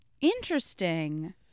interesting